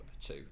two